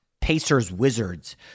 Pacers-Wizards